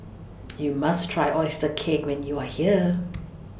YOU must Try Oyster Cake when YOU Are here